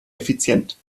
effizient